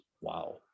wow